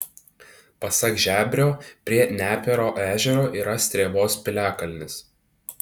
pasak žebrio prie nepėro ežero yra strėvos piliakalnis